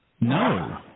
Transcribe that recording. No